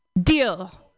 Deal